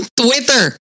Twitter